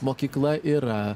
mokykla yra